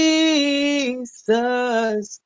Jesus